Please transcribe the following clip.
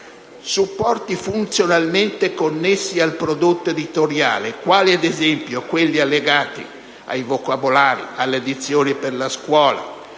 supporti funzionalmente connessi al prodotto editoriale quali, ad esempio, quelli allegati ai vocabolari, alle edizioni per la scuola